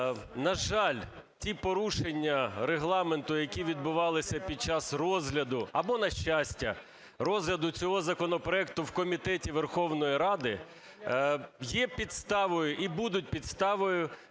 На жаль, ті порушення Регламенту, які відбувалися під час розгляду, або на щастя, розгляду цього законопроекту в комітеті Верховної Ради, є підставою і будуть підставою